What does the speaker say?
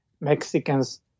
Mexicans